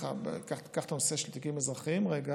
קח את הנושא של תיקים אזרחיים לרגע,